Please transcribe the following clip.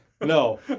No